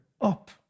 up